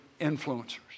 influencers